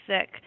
sick